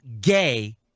gay